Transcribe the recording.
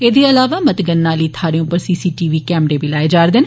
एहदे अलावा मतगणना आहली थाहें पर सीसीटीवी कैमरे बी लाए जा' रदे न